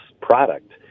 product